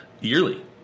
yearly